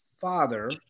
father